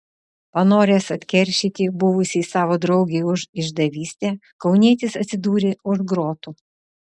panoręs atkeršyti buvusiai savo draugei už išdavystę kaunietis atsidūrė už grotų